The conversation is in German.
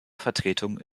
vertretung